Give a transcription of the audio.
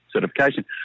certification